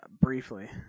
Briefly